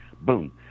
Boom